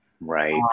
Right